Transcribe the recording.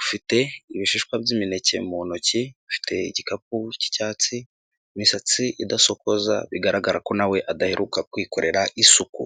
ufite ibishishwa by'imeke mu ntoki, ufite igikapu cy'icyatsi, imisatsi idasokoza bigaragara ko na we adaheruka kwikorera isuku.